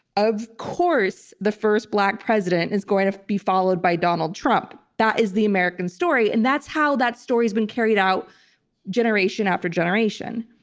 of course, the first black president is going to be followed by donald trump. that is the american story, and that's how that story has been carried out generation after generation.